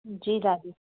जी दादी